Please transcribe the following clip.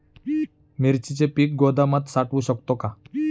मिरचीचे पीक गोदामात साठवू शकतो का?